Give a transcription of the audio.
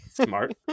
Smart